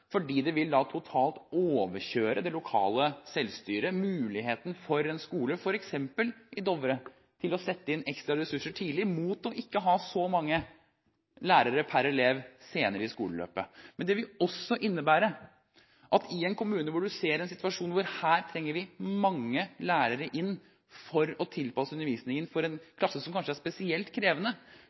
fordi det vil totalt overkjøre det lokale selvstyret og muligheten for en skole, f.eks. i Dovre, til å sette inn ekstra ressurser tidlig mot ikke å ha så mange lærere per elev senere i skoleløpet. Det vil også innebære at hvis en kommune har en situasjon hvor man trenger mange lærere for å tilpasse undervisningen for en klasse som kanskje er spesielt krevende,